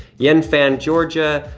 yen fan, georgia,